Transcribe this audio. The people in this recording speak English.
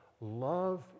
love